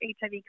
HIV